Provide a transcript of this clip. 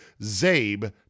ZABE